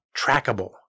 trackable